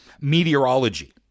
meteorology